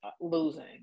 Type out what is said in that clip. losing